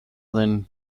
than